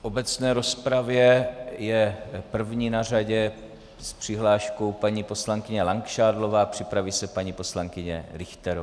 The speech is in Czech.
V obecné rozpravě je první na řadě s přihláškou paní poslankyně Langšádlová, připraví se paní poslankyně Richterová.